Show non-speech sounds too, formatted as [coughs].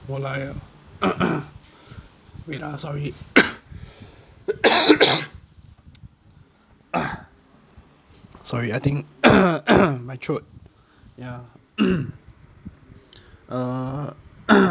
more like a [coughs] wait ah sorry [coughs] ah sorry I think [coughs] my throat ya [coughs] uh [coughs]